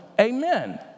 amen